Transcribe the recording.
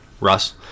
Russ